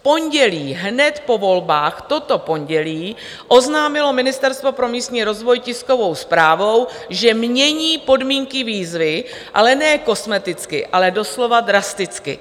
V pondělí hned po volbách, toto pondělí oznámilo Ministerstvo pro místní rozvoj tiskovou zprávou, že mění podmínky výzvy, ale ne kosmeticky, ale doslova drasticky.